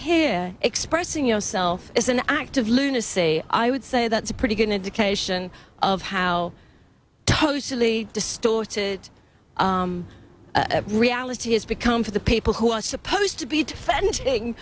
here expressing yourself is an act of lunacy i would say that's a pretty good indication of how totally distorted reality has become for the people who are supposed to be defending